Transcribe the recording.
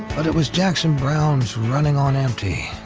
but it was jackson browne's running on empty,